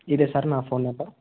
ఇదే సార్ నా phone number